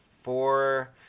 four